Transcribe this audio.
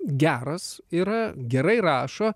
geras yra gerai rašo